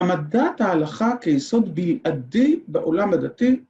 ‫עמדת ההלכה כיסוד בלעדי ‫בעולם הדתי.